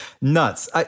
nuts